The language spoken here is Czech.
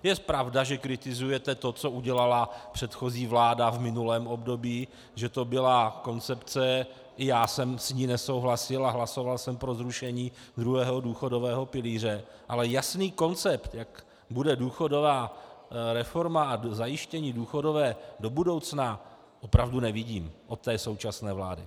Je pravda, že kritizujete to, co udělala předchozí vláda v minulém období, že to byla koncepce, i já jsem s ní nesouhlasil a hlasoval jsem pro zrušení druhého důchodové pilíře, ale jasný koncept, jak bude důchodová reforma a zajištění důchodové do budoucna, opravdu nevidím od té současné vlády.